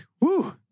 Woo